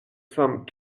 some